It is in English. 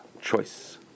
choice